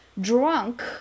drunk